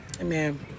Amen